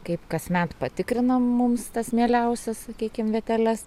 kaip kasmet patikrinam mums tas mieliausias sakykim vieteles